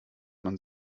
man